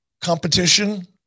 competition